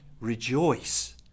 Rejoice